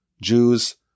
Jews